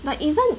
but even